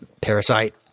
parasite